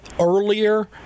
earlier